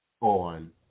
on